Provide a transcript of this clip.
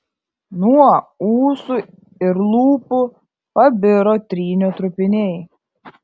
nuo ūsų ir lūpų pabiro trynio trupiniai